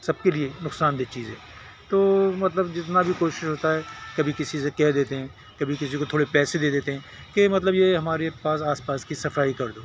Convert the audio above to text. سب کے لیے نقصان دہ چیز ہے تو مطلب جتنا بھی کچھ ہوتا ہے کبھی کسی کسی سے کہہ دیتے ہیں کبھی کسی کو تھوڑے پیسے دے دیتے ہیں کہ مطلب یہ ہمارے پاس آس پاس کی صفائی کر دو